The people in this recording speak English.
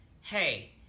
hey